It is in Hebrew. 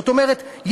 זאת אומרת,